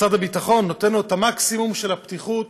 משרד הביטחון נותן לו את המקסימום של הפתיחות,